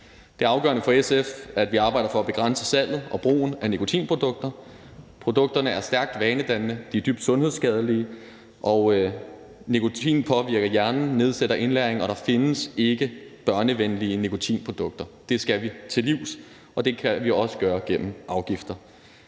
Det er afgørende for SF, at vi arbejder for at begrænse salget og brugen af nikotinprodukter. Produkterne er stærkt vanedannende, de er dybt sundhedsskadelige. Nikotin påvirker hjernen, nedsætter indlæring, og der findes ikke børnevenlige nikotinprodukter. Det skal vi til livs, og det kan vi også gøre gennem afgifter.